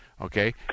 Okay